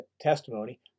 testimony